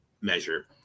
measure